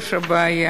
בשורש הבעיה.